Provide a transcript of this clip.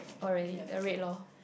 oh really then red lor